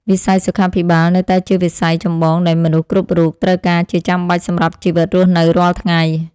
វិស័យសុខាភិបាលនៅតែជាវិស័យចម្បងដែលមនុស្សគ្រប់រូបត្រូវការជាចាំបាច់សម្រាប់ជីវិតរស់នៅរាល់ថ្ងៃ។